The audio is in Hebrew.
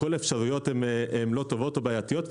כל האפשרויות לא טובות או בעייתיות.